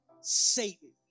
Satan